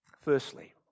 Firstly